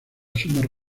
sumar